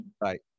right